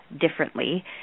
differently